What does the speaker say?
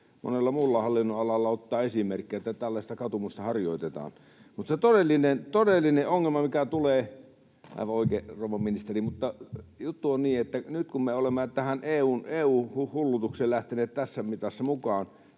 monella muulla hallinnonalalla ottaa esimerkkiä, että tällaista katumusta harjoitetaan. Mutta se todellinen ongelma, mikä tulee... [Sari Essayahin välihuuto] — Aivan oikein, rouva ministeri, mutta juttu on niin, että nyt kun me olemme tähän EU:n hullutukseen lähteneet tässä mitassa mukaan